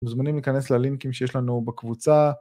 מוזמנים להיכנס ללינקים שיש לנו בקבוצה.